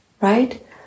right